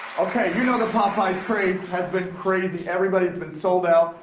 okay, you know the popeye's craze has been crazy. everybody's been sold out.